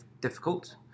difficult